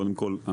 קודם כל,